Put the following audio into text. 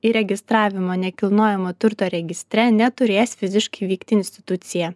įregistravimo nekilnojamojo turto registre neturės fiziškai vykti institucija